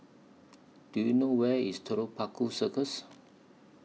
Do YOU know Where IS Telok Paku Circus